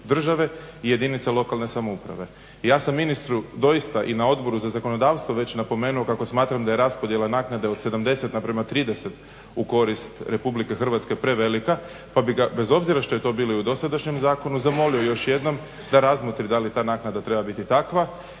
države i jedinice lokalne samouprave. Ja sam ministru doista i na Odboru za zakonodavstvo već napomenu kako smatram da je raspodjela naknade od 70:30 u korist Republike Hrvatske pa bih ga bez obzira što je to bilo i u dosadašnjem zakonu zamolio još jednom da razmotri da li ta naknada treba biti takva